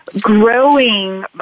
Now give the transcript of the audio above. growing